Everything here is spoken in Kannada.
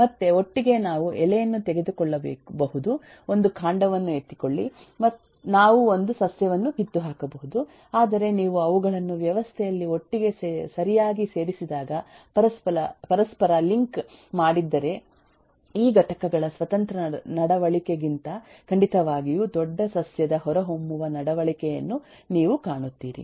ಮತ್ತೆ ಒಟ್ಟಿಗೆ ನಾವು ಎಲೆಯನ್ನು ತೆಗೆದುಕೊಳ್ಳಬಹುದು ಒಂದು ಕಾಂಡವನ್ನು ಎತ್ತಿಕೊಳ್ಳಿ ನಾವು ಒಂದು ಸಸ್ಯವನ್ನು ಕಿತ್ತುಹಾಕಬಹುದು ಆದರೆ ನೀವು ಅವುಗಳನ್ನು ವ್ಯವಸ್ಥೆಯಲ್ಲಿ ಒಟ್ಟಿಗೆ ಸರಿಯಾಗಿ ಸೇರಿಸಿದಾಗ ಪರಸ್ಪರ ಲಿಂಕ್ ಮಾಡಿದ್ದರೆ ಈ ಘಟಕಗಳ ಸ್ವತಂತ್ರ ನಡವಳಿಕೆಗಿಂತ ಖಂಡಿತವಾಗಿಯೂ ದೊಡ್ಡದಾದ ಸಸ್ಯದ ಹೊರಹೊಮ್ಮುವ ನಡವಳಿಕೆಯನ್ನು ನೀವು ಕಾಣುತ್ತೀರಿ